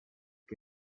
que